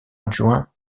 adjoint